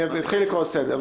אני אתחיל לקרוא לסדר.